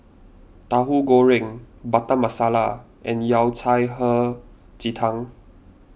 Tauhu Goreng Butter Masala and Yao Cai Hei Ji Tang